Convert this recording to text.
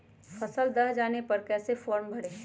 फसल दह जाने पर कैसे फॉर्म भरे?